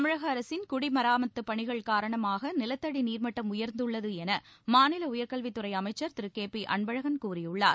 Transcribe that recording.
தமிழக அரசின் குடி மராமத்துப் பணிகள் காரணமாக நிலத்தடி நீர்மட்டம் உயர்ந்துள்ளது என மாநில உயர்கல்வித்துறை அமைச்சர் திரு கே பி அன்பழகன் கூறியுள்ளார்